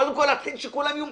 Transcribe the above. קודם כול שכולם יהיו מחונכים.